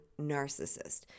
narcissist